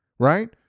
right